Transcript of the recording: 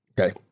Okay